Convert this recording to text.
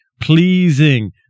pleasing